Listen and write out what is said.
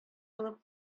алып